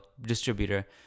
distributor